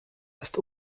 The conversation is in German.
ist